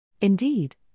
Indeed